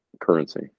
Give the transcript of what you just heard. currency